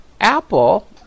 Apple